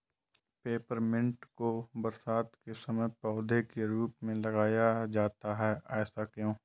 Peppermint को बरसात के समय पौधे के रूप में लगाया जाता है ऐसा क्यो?